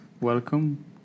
welcome